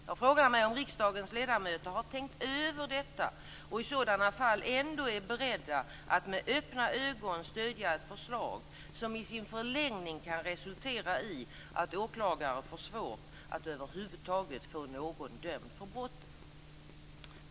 Jag undrar om riksdagens ledamöter har tänkt över detta och i sådana fall ändå är beredda att med öppna ögon stödja ett förslag som i sin förlängning kan resultera i att åklagare får svårt att över huvud taget få någon dömd för brotten?